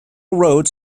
roads